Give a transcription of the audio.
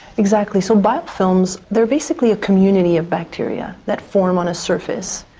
exactly. so biofilms, they are basically a community of bacteria that form on a surface.